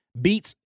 beats